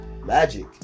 magic